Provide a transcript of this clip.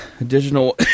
additional